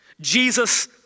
Jesus